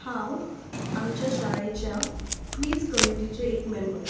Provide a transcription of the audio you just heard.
हांव आमच्या शाळेच्या क्विंझ कमिटीचें एक मेंबर